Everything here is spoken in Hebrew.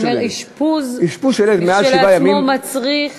אתה אומר שאשפוז כשלעצמו מצריך